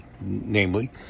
namely